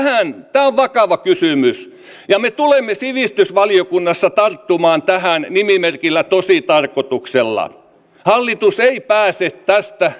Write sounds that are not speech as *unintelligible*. tämä on vakava kysymys ja me tulemme sivistysvaliokunnassa tarttumaan tähän nimimerkillä tositarkoituksella hallitus ei pääse tästä *unintelligible*